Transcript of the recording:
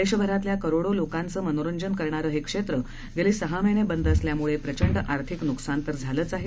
देशभरातल्या करोडो लोकांचं मनोरंजन करणारं हे क्षेत्र गेली सहा महिने बंद असल्यामुळे प्रचंड आर्थिक नुकसान तर झालच आहे